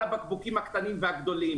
על הבקבוקים הקטנים והגדולים.